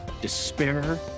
despair